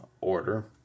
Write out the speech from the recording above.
order